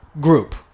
group